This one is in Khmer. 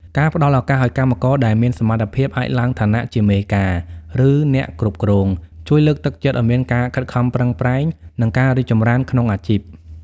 ការផ្ដល់ឱកាសឱ្យកម្មករដែលមានសមត្ថភាពអាចឡើងឋានៈជាមេការ ឬអ្នកគ្រប់គ្រង ជួយលើកទឹកចិត្តឱ្យមានការខិតខំប្រឹងប្រែង និងការរីកចម្រើនក្នុងអាជីព។